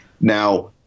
Now